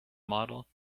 model